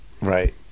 right